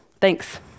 Thanks